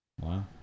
Wow